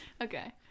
Okay